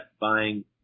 buying